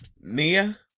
nia